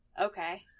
okay